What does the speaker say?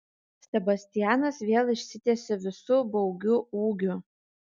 sebastianas vėl išsitiesė visu baugiu ūgiu